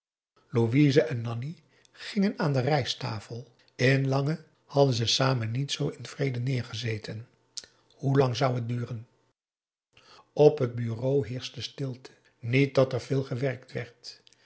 louise en nanni gingen aan de rijsttafel in lang hadden ze samen niet zoo in vrede neergezeten hoe lang zou het kunnen duren op de bureaux heerschte stilte niet dat er veel gewerkt werd